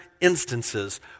instances